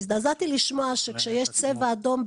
והזדעזעתי לשמוע שכשיש צבע אדום,